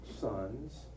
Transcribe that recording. sons